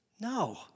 No